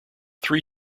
three